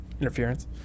interference